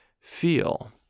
feel